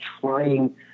trying